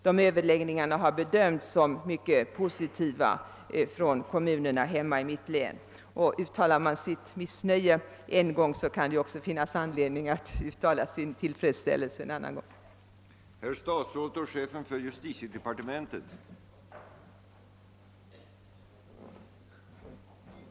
Dessa överläggningar har be dömts mycket positivt i varje fall av kommunerna i mitt hemlän. Om man en gång uttalar sitt missnöje, kan det finnas anledning att en annan gång uttala den tillfredsställelse man känner med en sak.